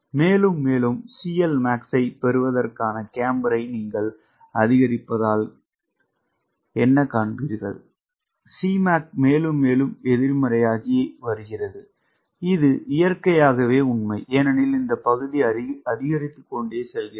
மேலும் மேலும் CLmax ஐப் பெறுவதற்கான கேம்பரை நீங்கள் அதிகரிப்பதால் காண்பீர்கள் Cmac மேலும் மேலும் எதிர்மறையாகி வருகிறது இது இயற்கையாகவே உண்மை ஏனெனில் இந்த பகுதி அதிகரித்துக்கொண்டே செல்கிறது